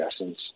essence